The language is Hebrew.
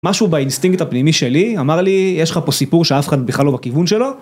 משהו באינסטינקט הפנימי שלי, אמר לי, יש לך פה סיפור שאף אחד בכלל לא בכיוון שלו